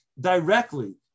directly